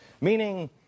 meaning